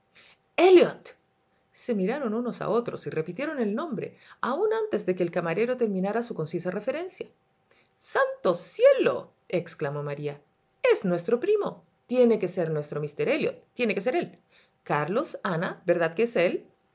elliot se miraron unos a otros y repitieron el nombre aún antes de que el camarero terminara su concisa referencia santo cielo exclamó maría es nuestro primo tiene que ser nuestro míster elliot tiene que ser él carlos ana verdad que es él